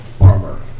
armor